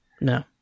No